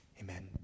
amen